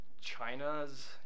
China's